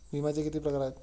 विम्याचे किती प्रकार आहेत?